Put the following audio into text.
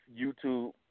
YouTube